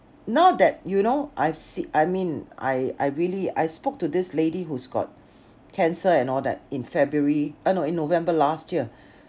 now that you know I've see~ I mean I I really I spoke to this lady who's got cancer and all that in february ah no in november last year